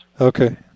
Okay